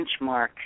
benchmark